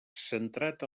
centrat